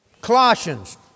Colossians